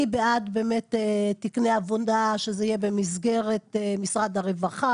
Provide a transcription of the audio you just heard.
אני בעד תקני עבודה שזה יהיה במסגרת משרד הרווחה,